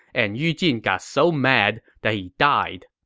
and yu jin got so mad that he died.